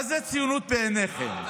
מה זה ציונות בעיניכם?